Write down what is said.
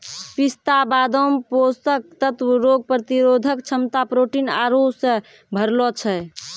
पिस्ता बादाम पोषक तत्व रोग प्रतिरोधक क्षमता प्रोटीन आरु से भरलो छै